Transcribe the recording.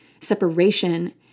separation